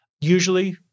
Usually